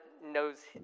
knows